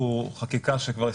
חקיקה שכבר הסתיימה,